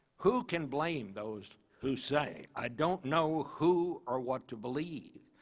who can blame those who say, i don't know who or what to believe